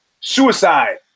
suicide